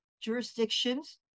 jurisdictions